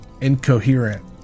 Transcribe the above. incoherent